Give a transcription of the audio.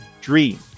dream